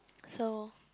so